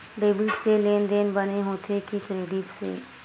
Debit से लेनदेन बने होथे कि क्रेडिट से?